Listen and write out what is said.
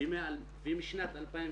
ומשנת 2001,